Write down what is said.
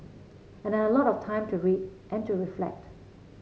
and I had a lot of time to read and to reflect